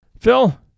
Phil